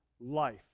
life